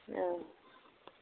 औ